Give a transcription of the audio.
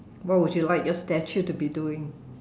what would you like your statue to be doing